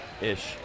Ish